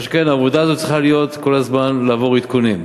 מה שכן, העבודה הזאת צריכה כל הזמן לעבור עדכונים.